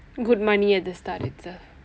good money at the start